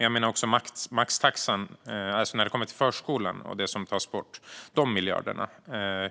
Jag menar också maxtaxan i förskolan och det som tas bort.